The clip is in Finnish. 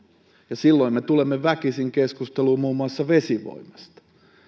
ja silloin me tulemme väkisinkin keskusteluun muun muassa vesivoimasta